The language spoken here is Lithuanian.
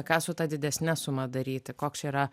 ką su ta didesne suma daryti koks čia yra